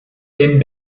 dem